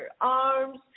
arms